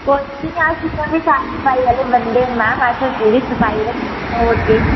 साफ सफाई आह्ले बंदे मैम असें पूरी सफाई रक्खनी होर केह्